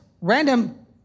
random